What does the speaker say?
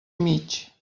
mig